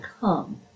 come